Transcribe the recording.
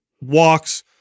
walks